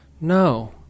No